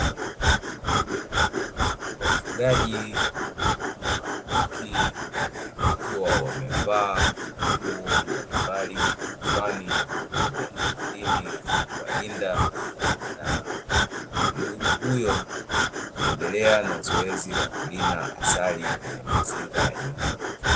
Wafugaji wa nyuki wakiwa wamevaa nguo mbalimbali kichwani pamoja na mwilini za kuwalinda na mdudu huyo, wakiendelea na zoezi la kurina asali kwenye mizinga ya nyuki.